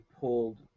pulled